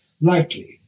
likely